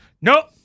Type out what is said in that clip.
nope